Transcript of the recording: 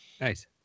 Nice